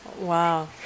Wow